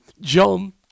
John